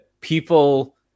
people